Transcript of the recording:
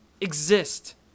exist